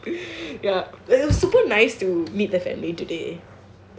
ya it was super nice to meet the family today